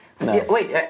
Wait